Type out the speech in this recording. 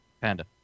Panda